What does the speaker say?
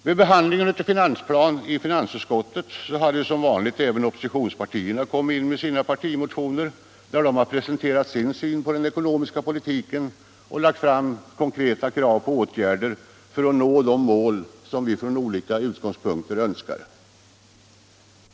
Vid behandlingen av finansplanen i finansutskottet hade som vanligt även oppositionspartierna kommit in med sina partimotioner, där de presenterat sin syn på den ekonomiska politiken och lagt fram konkreta krav på åtgärder för att nå de mål som vi från olika utgångspunkter önskar.